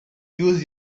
use